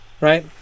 Right